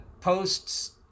posts